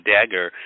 Dagger